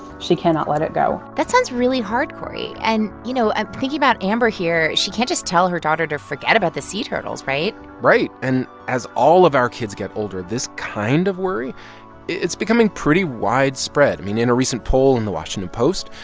she cannot let it go that sounds really hard, cory. and, you know, i'm thinking about amber here. she can't just tell her daughter to forget about the sea turtles, right? right. and as all of our kids get older, this kind of worry is becoming pretty widespread. i mean, in a recent poll in the washington post,